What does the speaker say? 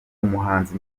umuhanzi